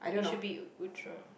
it should be Outram